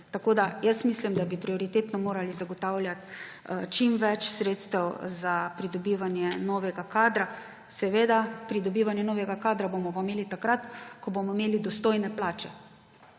Tako da jaz mislim, da bi prioritetno morali zagotavljati čim več sredstev za pridobivanje novega kadra. Pridobivanje novega kadra bomo pa imeli takrat, ko bomo imeli dostojne plače.